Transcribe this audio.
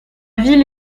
ville